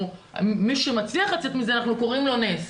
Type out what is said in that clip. מי שמצליח לצאת מזה אנחנו קוראים לו 'נס'.